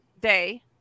day